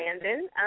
Brandon